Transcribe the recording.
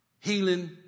Healing